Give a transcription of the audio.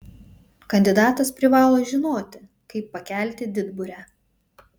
kandidatas privalo žinoti kaip pakelti didburę